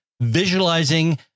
visualizing